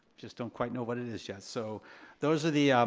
just don't quite know what it is yet. so those are the,